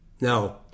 Now